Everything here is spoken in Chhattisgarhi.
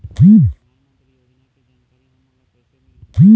परधानमंतरी योजना के जानकारी हमन ल कइसे मिलही?